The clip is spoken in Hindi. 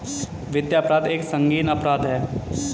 वित्तीय अपराध एक संगीन अपराध है